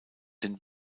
den